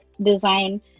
design